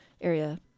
area